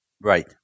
Right